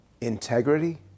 integrity